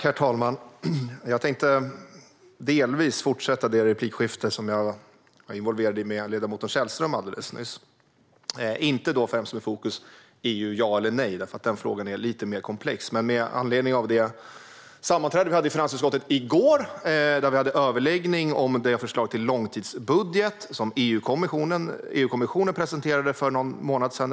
Herr talman! Jag tänkte delvis fortsätta det replikskifte jag var involverad i med ledamoten Källström alldeles nyss, men inte främst med fokus på EU ja eller nej eftersom den frågan är lite mer komplex. Vid gårdagens sammanträde i finansutskottet överlade vi om förslaget till långtidsbudget som EU-kommissionen presenterade för någon månad sedan.